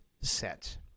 set